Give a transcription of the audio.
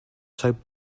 soap